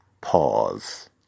Pause